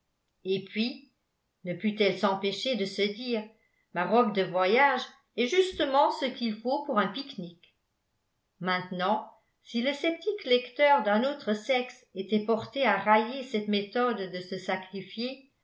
garde-robe et puis ne put-elle s'empêcher de se dire ma robe de voyage est justement ce qu'il faut pour un pique-nique maintenant si le sceptique lecteur d'un autre sexe était porté à railler cette méthode de se sacrifier